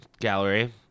Gallery